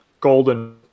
golden